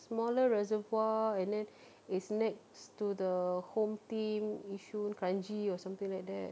smaller reservoir and then it's next to the home team yishun kranji or something like that